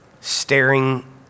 staring